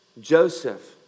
Joseph